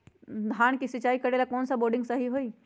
धान के सिचाई करे ला कौन सा बोर्डिंग सही होई?